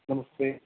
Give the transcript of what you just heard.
नमस्ते